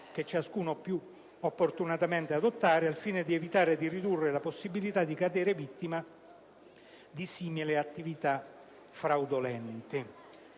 che ciascuno può opportunamente adottare al fine di evitare e di ridurre la possibilità di cadere vittima di simili attività fraudolente.